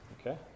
Okay